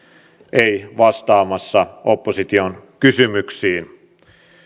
ei vastaamassa opposition kysymyksiin